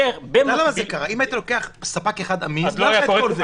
אם היית לוקח ספק אחד אמין, לא היה לך את כל זה.